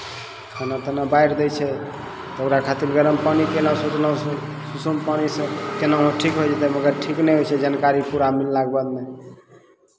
खाना ताना बारि दै छै तऽ ओकरा खातिर गरम पानि कयलहुँ सोचलहुँ सुसुम पानीसँ केनाहूँ ठीक होय जयतै मगर ठीक नहि होइ छै जानकारी पूरा मिललाक बाद नहि